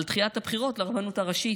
על דחיית הבחירות לרבנות הראשית.